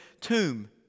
tomb